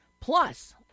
plus